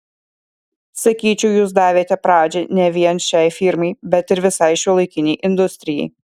sakyčiau jūs davėte pradžią ne vien šiai firmai bet ir visai šiuolaikinei industrijai